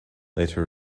later